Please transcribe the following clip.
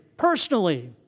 Personally